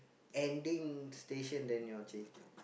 ending station then you all change